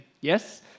Yes